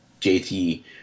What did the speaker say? JT